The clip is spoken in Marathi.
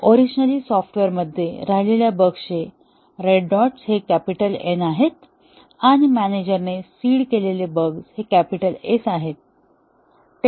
ओरिजिनली सॉफ्टवेअरमध्ये राहिलेल्या बगचे रेड डॉट्स हे कॅपिटल N आहे आणि मॅनेजरने सीड केलेले बग्स हे कॅपिटल S आहेत